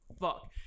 fuck